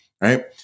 right